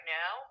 now